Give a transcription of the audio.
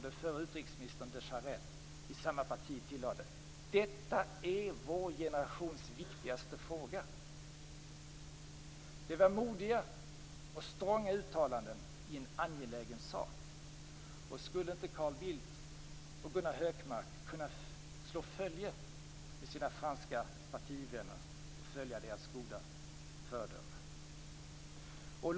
Den förre utrikesministern de Charette från samma parti tillade att det är vår generations viktigaste fråga. Det var modiga och stronga uttalanden i en angelägen sak. skulle inte Carl Bildt och Gunnar Hökmark kunna slå följe med sina franska partivänner och följa deras goda föredöme?